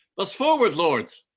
thus forward lords,